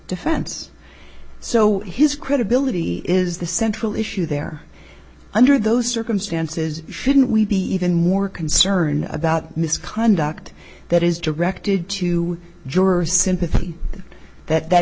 defense so his credibility is the central issue there under those circumstances shouldn't we be even more concerned about misconduct that is directed to jurors sympathy that that